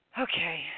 okay